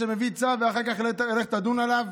מביא צו ואחר כך: לך תדון עליו.